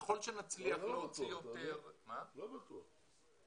ככל שנצליח להוציא יותר --- לא בטוח.